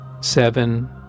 Seven